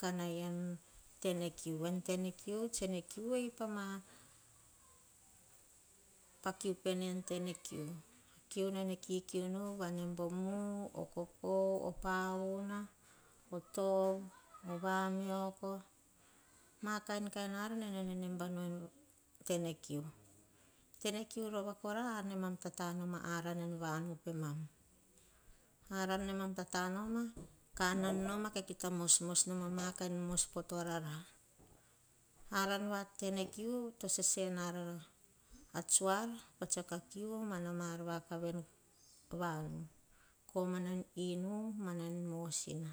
kanai en tenekiu, en tenekiu, tseni kiu er pama kiu pene en tene kiu. Kiu nene kiukiu nu. Kiu nene kiukiu. Nemba oh kokour pauna, oh "mu" ma-ar vakavu nene nemba namba nu en tete kiu. Tene kiu rova kora kemam tata noma haran en vanu pemam, haran nemam tata nomor kah hanan nomo kah kita mosmos noma ah makain mos poh torara, haran vatene kiu to sese narara atsuar pa tsiako kiu mana mar vakavu envanu. Koma inu mana mosina